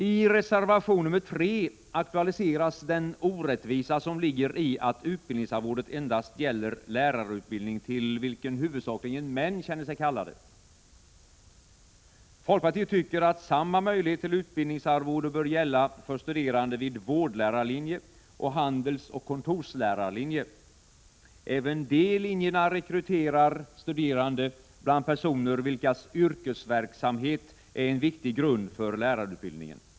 I reservation nr 3 aktualiseras den orättvisa som ligger i att utbildningsarvodet endast gäller lärarutbildning till vilken huvudsakligen män känner sig kallade. Folkpartiet tycker att samma möjlighet till utbildningsarvode bör gälla för studerande vid vårdlärarlinje och handelsoch kontorslärarlinje. Även de linjerna rekryterar studerande bland personer, vilkas yrkesverksamhet är en viktig grund för lärarutbildningen.